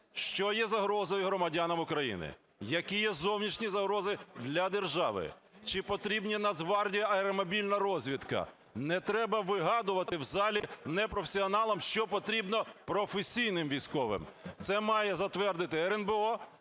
що є загрозою громадянам України, які є зовнішні загрози для держави, чи потрібно Нацгвардії аеромобільна розвідка. Не треба вигадувати в залі непрофесіоналам, що потрібно професійним військовим. Це має затвердити РНБО,